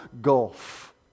gulf